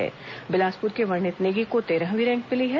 वहीं बिलासप्र के वर्णित नेगी को तेरहवीं रैंक मिली है